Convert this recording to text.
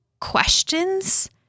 questions